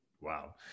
wow